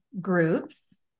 groups